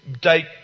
date